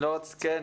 כן.